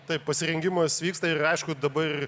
taip pasirengimas vyksta ir aišku dabar